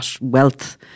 wealth